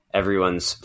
everyone's